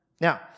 Now